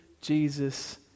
Jesus